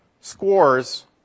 scores